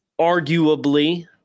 arguably